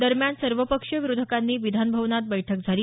दरम्यान सर्वपक्षीय विरोधकांची विधानभवनात बैठक झाली